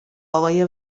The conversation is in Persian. آقای